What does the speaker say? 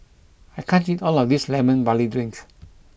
I can't eat all of this Lemon Barley Drink